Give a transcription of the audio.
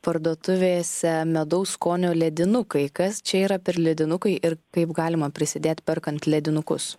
parduotuvėse medaus skonio ledinukai kas čia yra per ledinukai ir kaip galima prisidėt perkant ledinukus